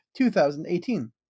2018